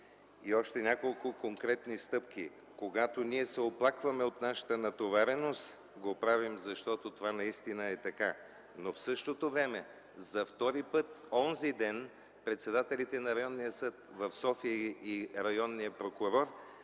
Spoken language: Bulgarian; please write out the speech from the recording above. Още няколко конкретни стъпки. Когато ние се оплакваме от нашата натовареност, го правим, защото това наистина е така, но в същото време за втори път онзи ден председателите на Районния съд в София и районния прокурор